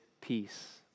peace